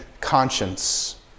conscience